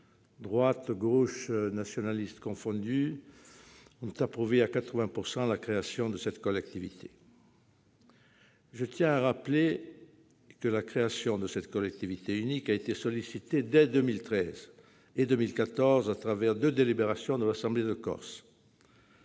Droite, gauche et nationalistes ont approuvé à 80 % la création de cette collectivité. Je tiens à rappeler que la création d'une collectivité unique a été sollicitée dès 2013 et 2014, à travers deux délibérations de l'Assemblée de Corse.